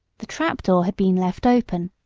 the trapdoor had been left open,